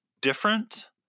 different